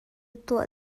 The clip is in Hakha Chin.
tuah